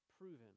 proven